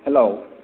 hello